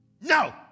No